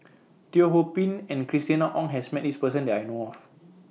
Teo Ho Pin and Christina Ong has Met This Person that I know of